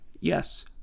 Yes